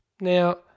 Now